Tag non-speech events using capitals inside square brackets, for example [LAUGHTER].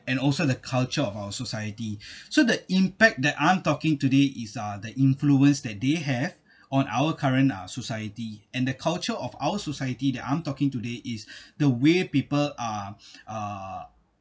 and also the culture of our society [BREATH] so the impact that I'm talking today is uh the influence that they have on our uh current society and the culture of our society that I'm talking today is [BREATH] the way people [NOISE] uh uh